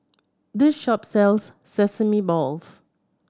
this shop sells sesame balls